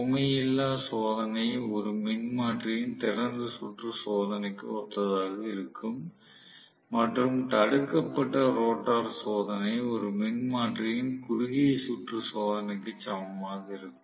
சுமை இல்லா சோதனை ஒரு மின்மாற்றியின் திறந்த சுற்று சோதனைக்கு ஒத்ததாக இருக்கும் மற்றும் தடுக்கப்பட்ட ரோட்டார் சோதனை ஒரு மின்மாற்றியின் குறுகிய சுற்று சோதனைக்கு சமமாக இருக்கும்